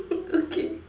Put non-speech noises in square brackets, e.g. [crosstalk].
[noise] okay